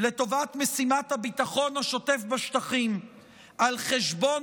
לטובת משימת הביטחון השוטף בשטחים על חשבון